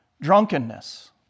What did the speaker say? drunkenness